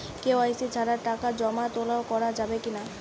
KYC ছাড়া টাকা জমা তোলা করা যাবে কি না?